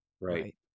right